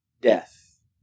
death